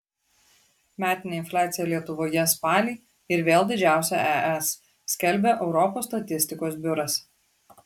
metinė infliacija lietuvoje spalį ir vėl didžiausia es skelbia europos statistikos biuras